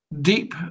deep